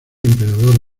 emperador